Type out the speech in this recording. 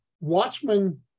Watchmen